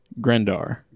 Grendar